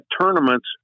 tournaments